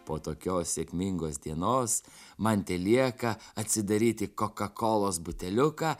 po tokios sėkmingos dienos man telieka atsidaryti kokakolos buteliuką